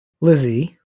Lizzie